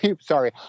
Sorry